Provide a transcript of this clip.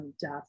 death